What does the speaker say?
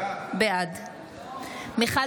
בעד מיכל